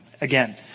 Again